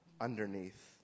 underneath